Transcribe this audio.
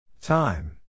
Time